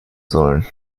sollen